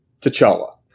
T'Challa